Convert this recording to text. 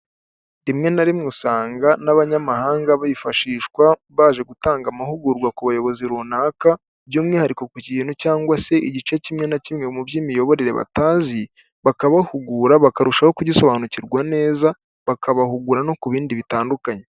Rimwe na rimwe usanga n'abanyamahanga bifashishwa baje gutanga amahugurwa ku bayobozi runaka by'umwihariko ku kintu cyangwa se igice kimwe na kimwe mu by'imiyoborere batazi, bakabahugura bakarushaho kugisobanukirwa neza bakabahugura no ku bindi bitandukanye.